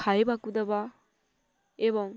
ଖାଇବାକୁ ଦେବା ଏବଂ